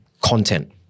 content